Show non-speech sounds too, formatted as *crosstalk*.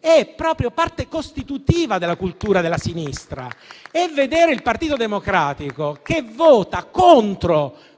è proprio parte costitutiva della cultura della sinistra, *applause* mentre vediamo il Partito Democratico votare contro